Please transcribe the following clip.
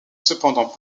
cependant